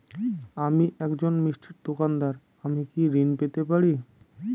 আমি একজন মিষ্টির দোকাদার আমি কি ঋণ পেতে পারি?